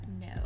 No